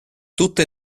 tutte